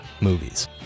movies